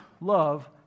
love